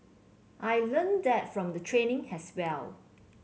I learnt that from the training as well